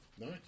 Nice